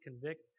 convict